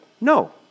no